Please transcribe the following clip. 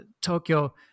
Tokyo